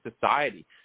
society